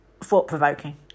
thought-provoking